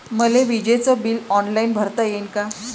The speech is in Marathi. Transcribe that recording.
मले विजेच बिल ऑनलाईन भरता येईन का?